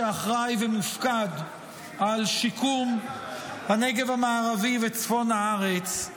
שאחראי ומופקד על שיקום הנגב המערבי וצפון הארץ,